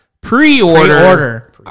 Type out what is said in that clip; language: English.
Pre-order